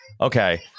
okay